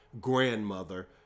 grandmother